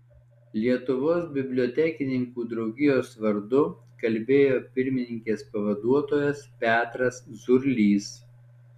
lietuvos bibliotekininkų draugijos vardu kalbėjo pirmininkės pavaduotojas petras zurlys